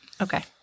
Okay